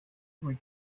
were